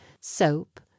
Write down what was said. soap